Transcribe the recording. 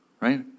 Right